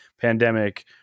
pandemic